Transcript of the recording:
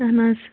اَہَن حظ